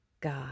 God